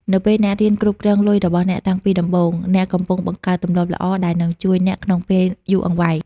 នៅពេលអ្នករៀនគ្រប់គ្រងលុយរបស់អ្នកតាំងពីដំបូង អ្នកកំពុងបង្កើតទម្លាប់ល្អដែលនឹងជួយអ្នកក្នុងពេលយូរអង្វែង។